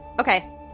Okay